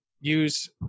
use